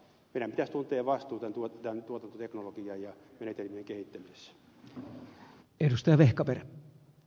meidän pitäisi tuntea vastuuta tuotantoteknologian ja menetelmien kehittämisestä